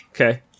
Okay